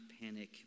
panic